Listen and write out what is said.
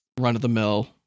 run-of-the-mill